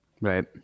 Right